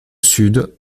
sud